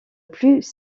plus